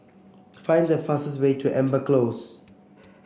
find the fastest way to Amber Close